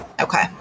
Okay